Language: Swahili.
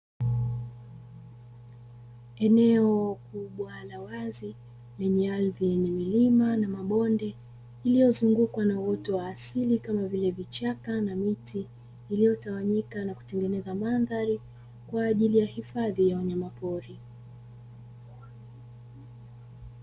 Eneo kubwa la wazi lenye ardhi yenye milima na mabonde, iliyozungukwa na uoto wa asili kama vile: vichaka na miti iliyotawanyika na kutengeneza mandhari kwa ajili ya hifadhi ya wanyamapori.